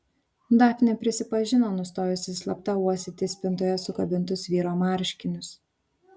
dafnė prisipažino nustojusi slapta uostyti spintoje sukabintus vyro marškinius